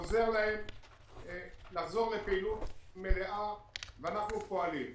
הוא עוזר להם לחזור לפעילות מלאה, ואנחנו פועלים.